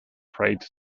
prayed